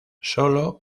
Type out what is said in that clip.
sólo